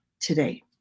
today